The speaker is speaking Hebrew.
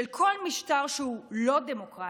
של כל משטר שהוא לא דמוקרטי,